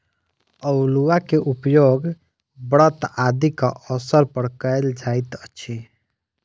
अउलुआ के उपयोग व्रत आदिक अवसर पर कयल जाइत अछि